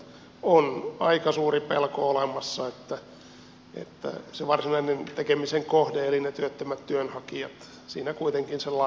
on olemassa aika suuri pelko että se varsinaisen tekemisen kohde eli työttömät työnhakijat siinä kuitenkin sen laskun sitten lopulta maksavat